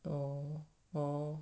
哦哦